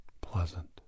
pleasant